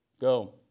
Go